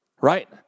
right